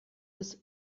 des